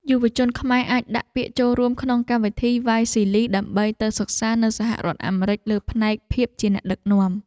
យុវជនខ្មែរអាចដាក់ពាក្យចូលរួមក្នុងកម្មវិធីវ៉ាយស៊ីលីដើម្បីទៅសិក្សានៅសហរដ្ឋអាមេរិកលើផ្នែកភាពជាអ្នកដឹកនាំ។